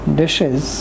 dishes